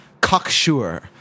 cocksure